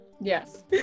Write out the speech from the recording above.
Yes